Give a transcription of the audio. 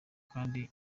kandi